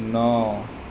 ন